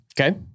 Okay